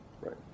right